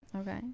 Okay